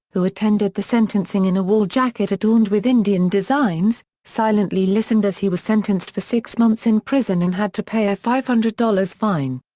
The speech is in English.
who attended the sentencing in a wool jacket adorned with indian designs, silently listened as he was sentenced for six months in prison and had to pay a five hundred dollars fine.